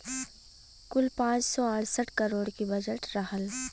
कुल पाँच सौ अड़सठ करोड़ के बजट रहल